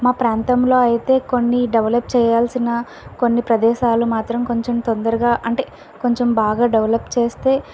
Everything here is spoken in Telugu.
మా ప్రాంతంలో అయితే కొన్ని డెవలప్ చేయాల్సిన కొన్ని ప్రదేశాలు మాత్రం కొంచం తొందరగా అంటే కొంచం బాగా డెవలప్ చేస్తే